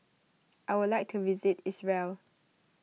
I would like to visit Israel